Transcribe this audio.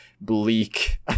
bleak